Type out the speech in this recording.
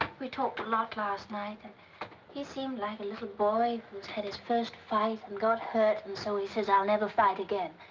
we talked a lot last night, and he seemed like a little boy who's had his first fight and got hurt. and so he says, i'll never fight again.